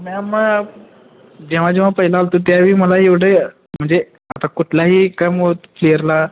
ma'am मग जेव्हा जेव्हा पहिला आलो होतो त्यावेळी मला एवढे म्हणजे आता कुठलाही क्रम होतं प्लेअरला